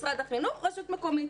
משרד החינוך והרשות המקומית,